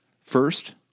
First